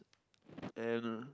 eh I don't know